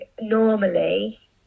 normally